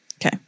Okay